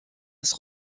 des